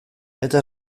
eta